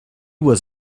was